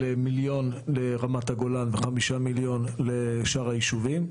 מיליון לרמת הגולן וחמישה מיליון לשאר היישובים,